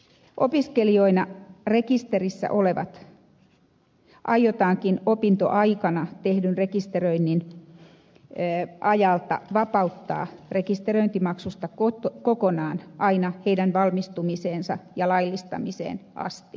opiskelijoina rekisterissä olevat aiotaankin opintoaikana tehdyn rekisteröinnin ajalta vapauttaa rekisteröintimaksusta kokonaan aina heidän valmistumiseensa ja laillistamiseensa asti